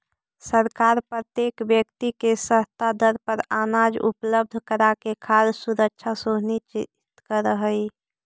सरकार प्रत्येक व्यक्ति के सस्ता दर पर अनाज उपलब्ध कराके खाद्य सुरक्षा सुनिश्चित करऽ हइ